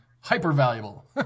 hyper-valuable